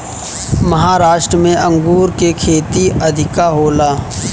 महाराष्ट्र में अंगूर के खेती अधिका होला